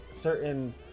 certain